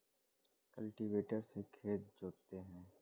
cultivator से खेत जोतते हैं